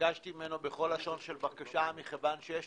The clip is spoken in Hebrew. ביקשתי ממנו בכל לשון של בקשה כיוון שיש